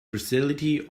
versatility